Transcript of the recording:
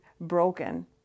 broken